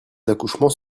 accouchements